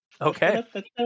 Okay